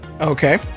okay